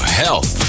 health